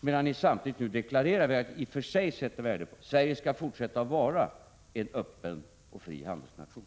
medan de samtidigt nu deklarerar vad jag i och för sig sätter värde på, nämligen att Sverige skall fortsätta att vara en öppen och fri handelsnation.